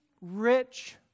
rich